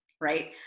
right